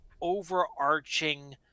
overarching